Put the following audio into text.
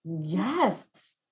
Yes